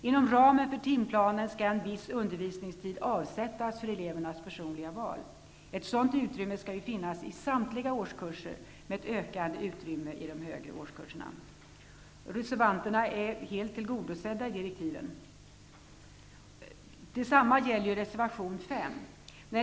Inom ramen för timplanen skall också en viss undervisningstid avsättas för elevernas personliga val. Ett sådant utrymme skall finnas i samtliga årskurser med ett ökande utrymme i de högre årskurserna. Reservanterna är således helt tillgodosedda i direktiven. Detsamma gäller reservation 5.